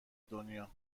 دنیا